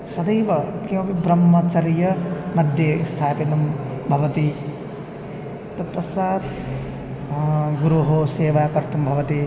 सदैव किमपि ब्रह्मचर्य मध्ये स्थापितं भवति तत्पश्चात् गुरोः सेवा कर्तुं भवति